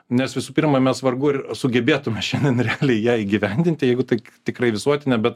nes visų pirma mes vargu ar sugebėtumėme šiandien realiai ją įgyvendinti jeigu tai tikrai visuotinė bet